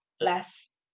less